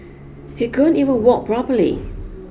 he couldn't even walk properly